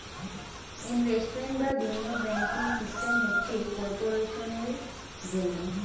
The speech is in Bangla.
ইনভেস্টমেন্ট বা বিনিয়োগ ব্যাংকিং সিস্টেম হচ্ছে কর্পোরেশনের জন্যে